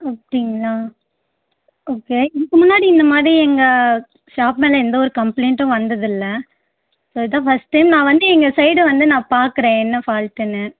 அப்படிங்களா ஓகே இதுக்கு முன்னாடி இந்த மாதிரி எங்கள் ஷாப் மேலே எந்தவொரு கம்ப்ளைண்டும் வந்ததில்லை ஸோ இதுதான் ஃபர்ஸ்ட் டைம் நான் வந்து எங்கள் சைடு வந்து நான் பார்க்குறேன் என்ன ஃபால்ட்டுனு